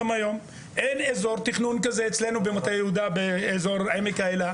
אין תכנון כזה אצלנו באזור עמק האלה.